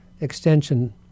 extension